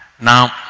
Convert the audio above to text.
Now